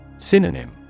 Synonym